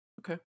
okay